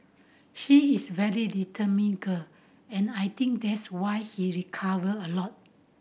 she is very determined girl and I think that's why he recovered a lot